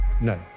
No